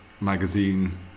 magazine